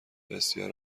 بسیار